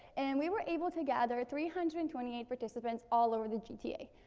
and we were able to gather three hundred and twenty eight participants all over the gta.